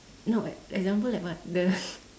no ex~ example like what the